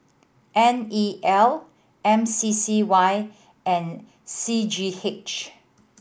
N E L M C C Y and C G H